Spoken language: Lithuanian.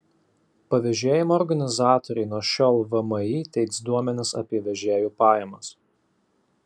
pavėžėjimo organizatoriai nuo šiol vmi teiks duomenis apie vežėjų pajamas